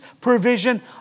provision